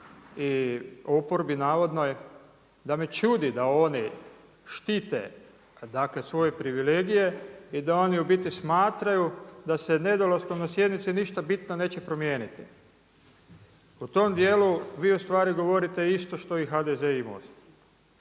i oporbi navodnoj da me čudi da oni štite, dakle svoje privilegije i da oni u biti smatraju da se nedolaskom na sjednice ništa bitno neće promijeniti. U tom dijelu vi u stvari govorite isto što i HDZ i MOST.